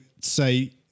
say